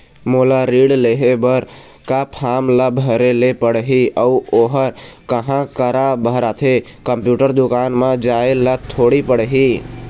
मोला ऋण लेहे बर का फार्म ला भरे ले पड़ही अऊ ओहर कहा करा भराथे, कंप्यूटर दुकान मा जाए ला थोड़ी पड़ही?